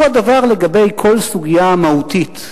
הוא הדבר לגבי כל סוגיה מהותית.